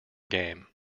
game